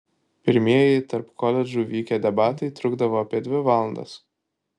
pirmieji tarp koledžų vykę debatai trukdavo apie dvi valandas